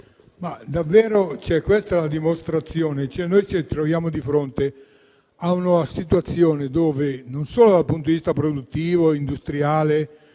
davvero questa è la dimostrazione che ci troviamo di fronte a una situazione dove non solo dal punto di vista produttivo e industriale